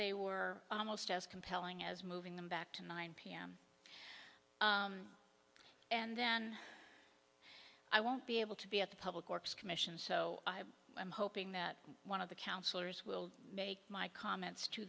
they were almost as compelling as moving them back to nine pm and then i won't be able to be at the public works commission so i'm hoping that one of the counselors will make my comments to